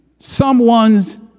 someone's